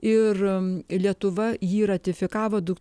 ir lietuva jį ratifikavo du